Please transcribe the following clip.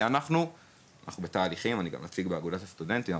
כי אנחנו גם בתהליכים ואני גם נציג באגודת הסטודנטים,